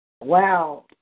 Wow